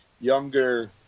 younger